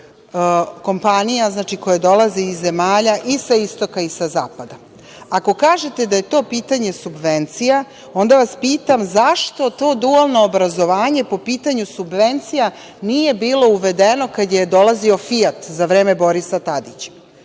kompanija koje dolaze iz zemalja i sa istoka i sa zapada. Ako kažete da je to pitanje subvencija, onda vas pitam zašto to dualno obrazovanje po pitanju subvencija nije bilo uvedeno kada je dolazio „Fijat“ za vreme Borisa Tadića?